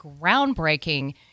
groundbreaking